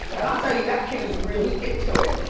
and i'll tell you, that kid is really into it.